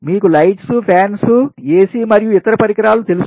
మీకు lights fans AC మరియు ఇతరపరికరాలు తెలుసు